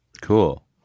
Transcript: cool